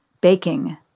baking